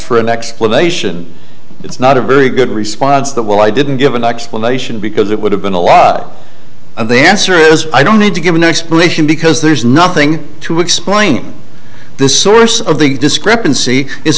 for an explanation it's not a very good response that well i didn't give an explanation because it would have been a lot of the answer is i don't need to give an explanation because there's nothing to explain the source of the discrepancy is